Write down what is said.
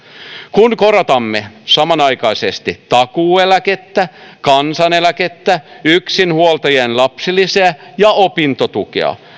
kun korotamme samanaikaisesti takuueläkettä kansaneläkettä yksinhuoltajien lapsilisää ja opintotukea